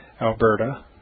Alberta